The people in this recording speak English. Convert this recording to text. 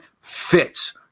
fits